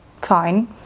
fine